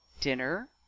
Dinner